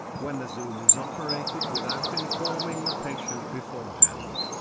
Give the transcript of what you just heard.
when the zoom is operated without informing the patient beforehand,